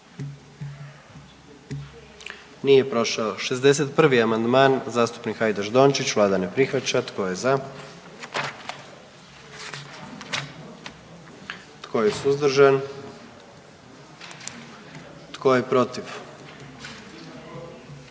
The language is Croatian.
dio zakona. 44. Kluba zastupnika SDP-a, vlada ne prihvaća. Tko je za? Tko je suzdržan? Tko je protiv?